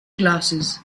glasses